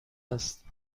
است